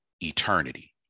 eternity